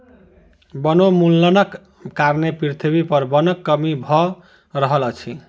वनोन्मूलनक कारणें पृथ्वी पर वनक कमी भअ रहल अछि